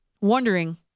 wondering